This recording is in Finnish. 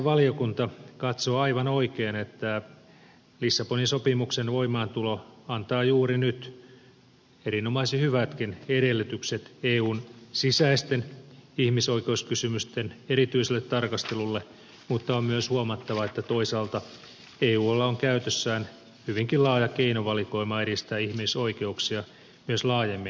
ulkoasiainvaliokunta katsoo aivan oikein että lissabonin sopimuksen voimaantulo antaa juuri nyt erinomaisen hyvätkin edellytykset eun sisäisten ihmisoikeuskysymysten erityiselle tarkastelulle mutta on myös huomattava että toisaalta eulla on käytössään hyvinkin laaja keinovalikoima edistää ihmisoikeuksia myös laajemmin kansainvälisesti